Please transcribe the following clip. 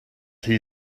rhy